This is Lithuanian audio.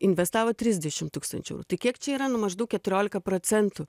investavo trisdešim tūkstančių eurų tai kiek čia yra nu maždaug keturiolika procentų